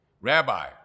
Rabbi